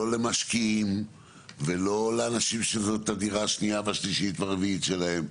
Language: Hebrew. לא למשקיעים ולא לאנשים שזאת הדירה השנייה והשלישית והרביעית שלהם,